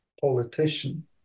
politician